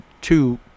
two